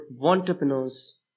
entrepreneurs